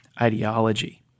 ideology